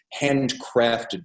handcrafted